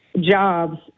jobs